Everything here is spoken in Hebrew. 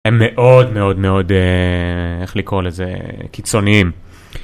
הם מאוד מאוד מאוד איך לקרוא לזה קיצוניים.